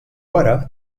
wara